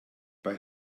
bei